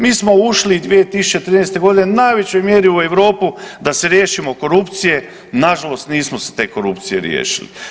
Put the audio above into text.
Mi smo ušli 2013.g. u najvećoj mjeri u Europu da se riješimo korupcije, nažalost nismo se te korupcije riješili.